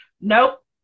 Nope